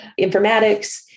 informatics